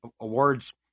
awards